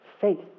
faith